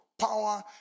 Power